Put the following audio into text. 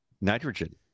nitrogen